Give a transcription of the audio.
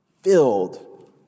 filled